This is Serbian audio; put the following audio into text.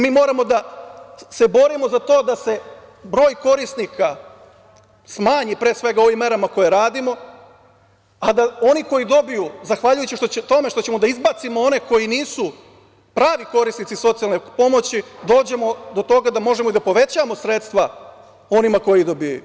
Mi moramo da se borimo za to da se broj korisnika smanji pre svega ovim merama koje radimo, a da oni koji dobiju zahvaljujući tome što ćemo da izbacimo one koji nisu pravi korisnici socijalne pomoći, dođemo do toga da možemo i da povećavamo sredstva onima koji dobijaju.